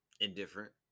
Indifferent